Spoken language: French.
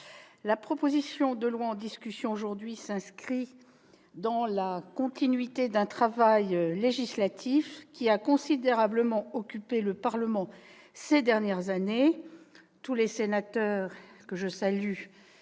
la proposition de loi en discussion aujourd'hui s'inscrit dans la continuité d'un travail législatif qui a considérablement occupé le Parlement ces dernières années- tous les sénateurs, que je salue,